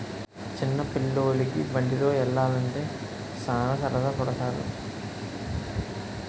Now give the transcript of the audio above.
చిన్న పిల్లోలికి బండిలో యల్లాలంటే సాన సరదా పడతారు